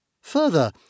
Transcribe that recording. Further